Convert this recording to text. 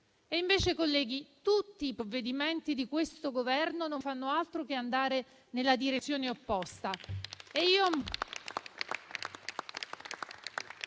Invece, colleghi, tutti i provvedimenti di questo Governo non fanno altro che andare nella direzione opposta.